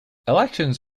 elections